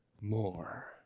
more